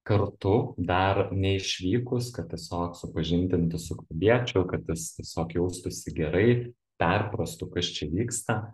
kartu dar neišvykus kad tiesiog supažindinti su klubiečiu kad jis tiesiog jaustųsi gerai perprastų kas čia vyksta